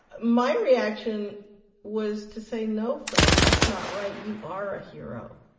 my reaction was to say no, frank, that's not right, you are a hero',